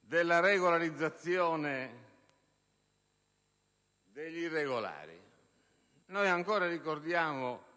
della regolarizzazione degli irregolari, ancora ricordiamo